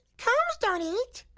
combs don't eat,